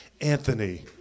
Anthony